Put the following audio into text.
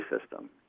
system